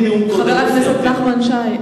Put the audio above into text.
חבר הכנסת שי,